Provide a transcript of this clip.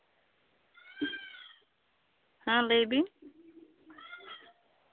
ᱦᱮᱸ ᱞᱟᱹᱭ ᱵᱤᱱ